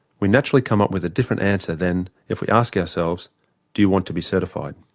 we naturally come up with a different answer than if we ask ourselves do you want to be certified.